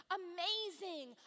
amazing